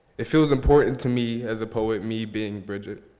it feels important to me as a poet, me being bridget,